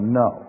no